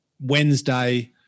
Wednesday